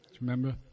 remember